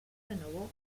renovó